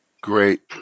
Great